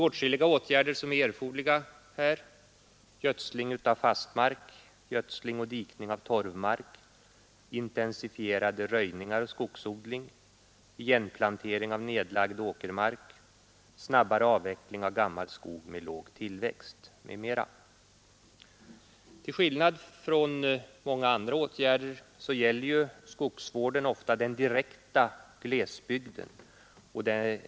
Åtskilliga åtgärder är erforderliga Till skillnad från många andra åtgärder gäller skogsvården ofta den direkta glesbygden.